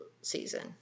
season